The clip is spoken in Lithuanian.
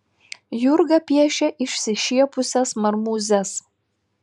jurga piešia išsišiepusias marmūzes